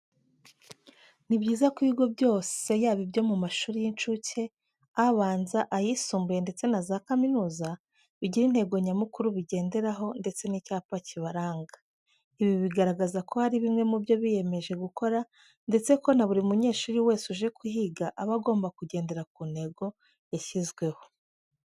Ni byiza ko ibigo byose yaba ibyo mu mashuri y'incuke, abanza, ayisumbuye ndetse na za kaminuza bigira intego nyamukuru bigenderaho ndetse n'icyapa cyibaranga. Ibi bigaragaza ko hari bimwe mu byo biyemeje gukora ndetse ko na buri munyeshuri wese uje kuhiga aba agomba kugendera ku ntego yashyizweho.